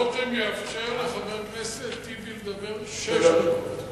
רותם, תאפשר לחבר הכנסת לדבר שש דקות במקום שלוש.